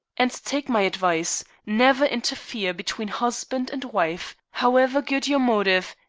and take my advice. never interfere between husband and wife. however good your motive,